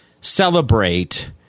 celebrate